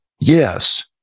Yes